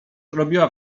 robiła